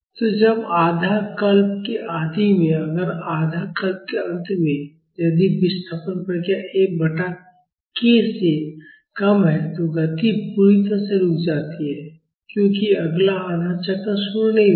तो जब आधाकल्प के आदि में अगर या आधाकल्प के अंत में यदि विस्थापन प्रतिक्रिया F बटा k से कम है तो गति पूरी तरह से रुक जाती है क्योंकि अगला आधा चक्र शुरू नहीं होगा